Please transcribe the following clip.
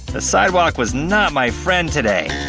the sidewalk was not my friend today.